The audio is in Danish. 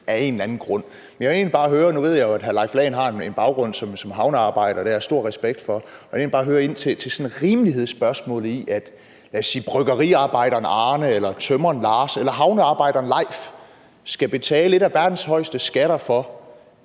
af en eller anden grund. Nu ved jeg jo, at hr. Leif Lahn Jensen har en baggrund som havnearbejder. Det har jeg stor respekt for, og jeg vil egentlig bare spørge ind til sådan rimelighedsspørgsmålet i, at lad os sige bryggeriarbejderen Arne eller tømreren Lars eller havnearbejderen Leif skal betale en af verdens højeste skatter for,